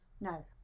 No